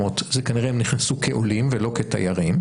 זה כנראה הם נכנסו כעולים ולא כתיירים.